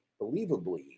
believably